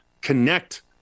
connect